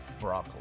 broccoli